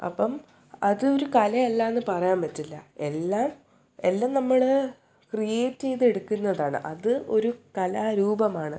അപ്പം അതൊരു കലയല്ലായെന്നു പറയാൻ പറ്റില്ല എല്ലാ എല്ലാം നമ്മൾ ക്രീയേറ്റ് ചെയ്തെടുക്കുന്നതാണ് അത് ഒരു കലാ രൂപമാണ്